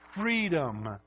freedom